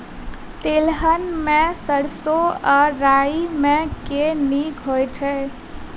तेलहन मे सैरसो आ राई मे केँ नीक होइ छै?